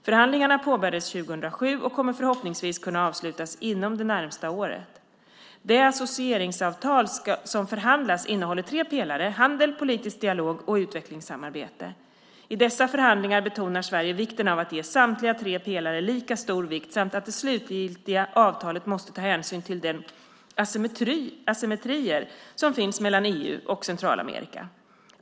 Förhandlingarna påbörjades 2007 och kommer förhoppningsvis att kunna avslutas inom det närmaste året. Det associeringsavtal som förhandlas innehåller tre pelare - handel, politisk dialog och utvecklingssamarbete. I dessa förhandlingar betonar Sverige vikten av att ge samtliga tre pelare lika stor vikt samt att det slutgiltiga avtalet måste ta hänsyn till de asymmetrier som finns mellan EU och Centralamerika.